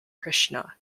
krishna